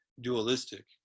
dualistic